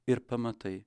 ir pamatai